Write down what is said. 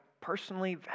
personally